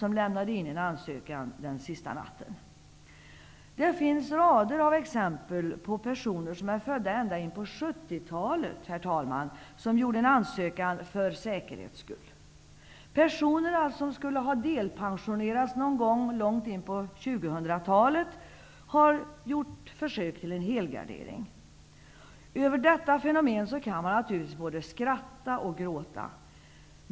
Det finns rader av exempel på personer som är födda ända in på 70-talet och som gjorde en ansökan för säkerhets skull. Personer som skulle ha delpensionerats någon gång långt in på 2000-talet har gjort försök till en helgardering. Över detta fenomen kan man naturligtvis både skratta och gråta.